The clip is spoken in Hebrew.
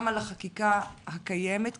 גם על החקיקה הקיימת,